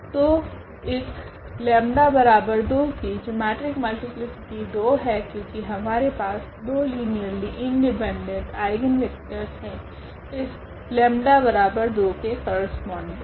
तो इस 𝜆2 की जिओमेट्रिक मल्टीप्लीसिटी 2 है क्योकि हमारे पास दो लीनियरली इंडिपेंडेंट आइगनवेक्टरस है इस लेम्डा 𝜆 बराबर 2 के करस्पोंडिंग